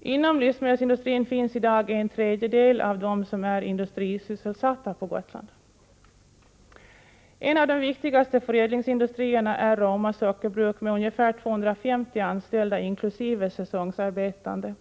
Inom livsmedelsindustrin finns i dag en tredjedel av dem som är industrisysselsatta på Gotland. En av de viktigaste förädlingsindustrierna är Roma sockerbruk, med ca 250 anställda inkl. säsongarbetande.